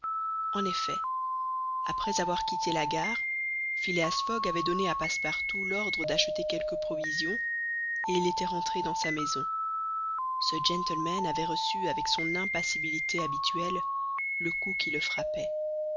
en effet après avoir quitté la gare phileas fogg avait donné à passepartout l'ordre d'acheter quelques provisions et il était rentré dans sa maison ce gentleman avait reçu avec son impassibilité habituelle le coup qui le frappait